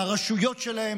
הרשויות שלהם